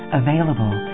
available